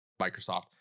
Microsoft